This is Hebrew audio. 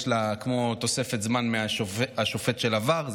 יש לה כמו תוספת זמן מהשופט של ה-VAR,